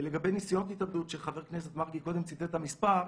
לגבי ניסיונות התאבדות שחבר הכנסת מרגי קודם ציטט את המספר,